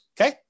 okay